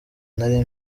nari